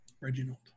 Reginald